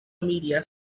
media